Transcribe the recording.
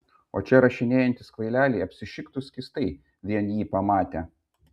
o čia rašinėjantys kvaileliai apsišiktų skystai vien jį pamatę